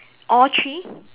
all three